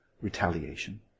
retaliation